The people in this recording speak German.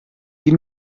die